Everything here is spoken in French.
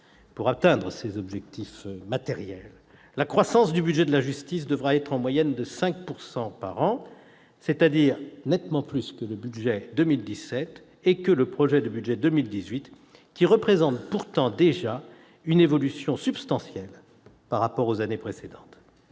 Pour atteindre ces objectifs matériels, la croissance du budget de la justice devra s'élever en moyenne à 5 % par an, c'est-à-dire être nettement supérieure à celle du budget 2017 et du projet de budget pour 2018, qui traduisent pourtant une évolution substantielle par rapport aux années précédentes.